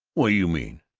what do you mean?